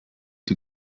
die